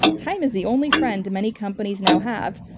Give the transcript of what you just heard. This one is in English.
time is the only friend many companies now have.